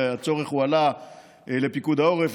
הצורך הועלה לפיקוד העורף,